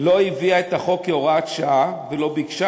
לא הביאה את החוק כהוראת שעה ולא ביקשה